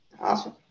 awesome